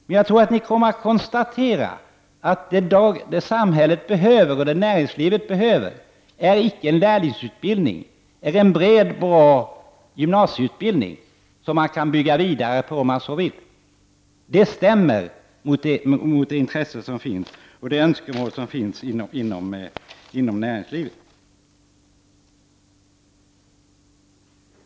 Men ni kommer att konstatera att det näringslivet och samhället behöver är icke en lärlingsutbildning utan det är en bred och bra gymnasieutbildning som man kan bygga vidare på om man så vill. Det stämmer med det intresse och de önskemål som finns inom näringslivet.